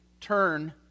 turn